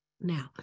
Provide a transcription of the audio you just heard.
Now